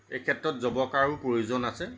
এই ক্ষেত্ৰত জবকাৰো প্ৰয়োজন আছে